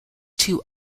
two